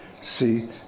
See